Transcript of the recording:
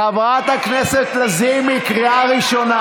חברת הכנסת לזימי, שבי, בבקשה.